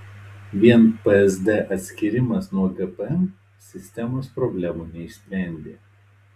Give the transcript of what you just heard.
vien psd atskyrimas nuo gpm sistemos problemų neišsprendė